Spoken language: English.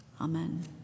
Amen